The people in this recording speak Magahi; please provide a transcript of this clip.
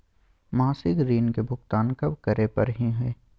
मासिक ऋण के भुगतान कब करै परही हे?